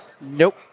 Nope